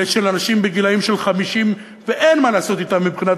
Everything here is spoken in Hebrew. של אנשים גילאי 50 שאין מה לעשות אתם מבחינת